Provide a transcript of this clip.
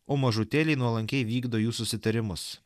o mažutėliai nuolankiai vykdo jų susitarimus